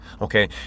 Okay